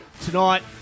Tonight